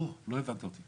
לא הבנת אותי.